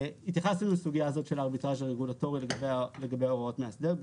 התייחסנו לנושא של הארביטראז' הרגולטורי לגבי הוראות מאסדר.